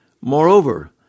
Moreover